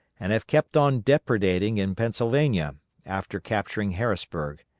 and have kept on depredating in pennsylvania, after capturing harrisburg.